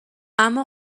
اما